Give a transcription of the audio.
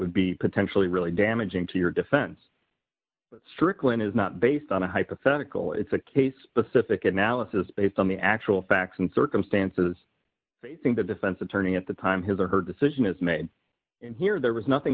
would be potentially really damaging to your defense stricklin is not based on a hypothetical it's a case pacific analysis based on the actual facts and circumstances i think the defense attorney at the time his or her decision is made here there was nothing